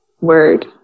word